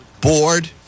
board